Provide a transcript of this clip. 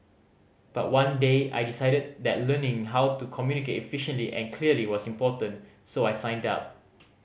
but one day I decided that learning how to communicate efficiently and clearly was important so I signed up